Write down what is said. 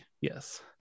yes